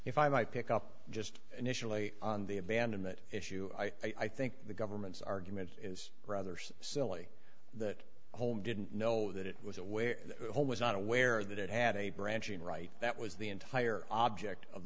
if i might pick up just initially on the abandonment issue i think the government's argument is rather so silly that holme didn't know that it was aware hall was not aware that it had a branching right that was the entire object of